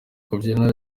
kubyina